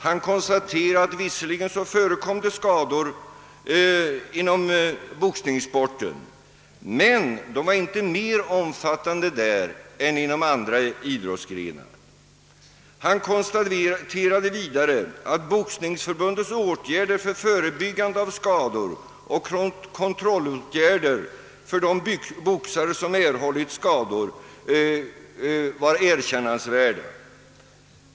Han konstaterade att visserligen förekom det skador inom boxningssporten, men de var inte mer omfattande där än inom andra idrottsgrenar. Han konstaterade vidare att Boxningsförbundets åtgärder för förebyggande av skador och kontrollåtgärder för de boxare som erhållit skador var erkännansvärda.